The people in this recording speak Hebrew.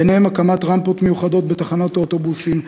וביניהם הקמת רמפות מיוחדות בתחנות האוטובוסים,